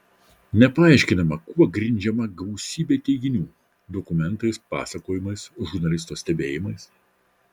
nepaaiškinama kuo grindžiama gausybė teiginių dokumentais pasakojimais žurnalisto stebėjimais